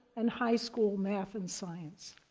and high school math and science.